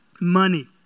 money